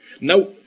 Now